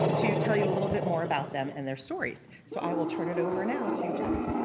to tell you a little bit more about them and their stories. so i will turn it over now to jeff.